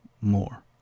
more